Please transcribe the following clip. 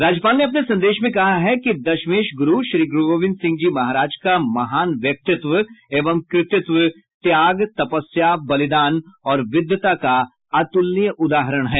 राज्यपाल ने अपने संदेश में कहा है कि दशमेश ग्रूर श्री ग्रूगोविंद सिंहजी महाराज का महान व्यक्तित्व एवं कृतित्व त्याग तपस्या बलिदान और विद्वता का अतुलनीय उदाहरण है